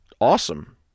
awesome